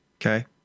okay